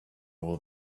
will